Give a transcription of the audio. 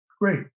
great